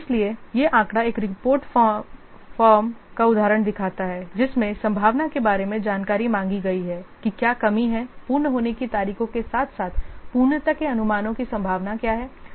इसलिए यह आंकड़ा एक रिपोर्ट फॉर्म का उदाहरण दिखाता है जिसमें संभावना के बारे में जानकारी मांगी गई है कि क्या कमी है पूर्ण होने की तारीखों के साथ साथ पूर्णता के अनुमानों की संभावना क्या है